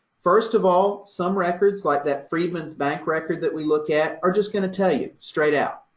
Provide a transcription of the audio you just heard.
first of all, some records, like that freedmen's bank record that we looked at, are just going to tell you, straight out.